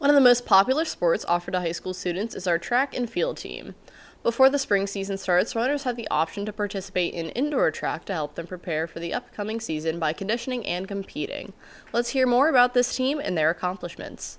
one of the most popular sports offered to high school students is our track and field team before the spring season starts riders have the option to participate in indoor track to help them prepare for the upcoming season by conditioning and competing let's hear more about this team and their accomplishments